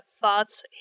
thoughts